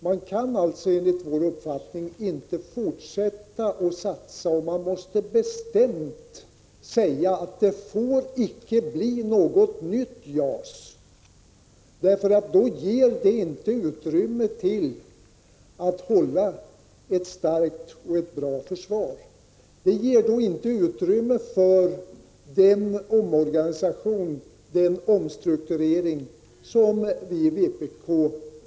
Man kan enligt vår uppfattning inte fortsätta med sådana satsningar. Man måste bestämt säga: Det får icke bli något nytt JAS. I annat fall finns det inte utrymme för att hålla ett starkt och bra försvar. Det ger inte utrymme för den omorganisation, den Prot. 1985/86:126 omstrukturering som vi i vpk har förespråkat.